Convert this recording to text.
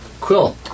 Quill